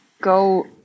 go